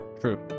True